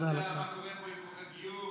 אני לא יודע מה קורה פה עם חוק הגיור.